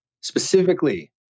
specifically